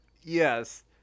Yes